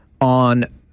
on